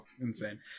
insane